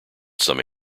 some